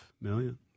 million